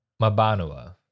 Mabanua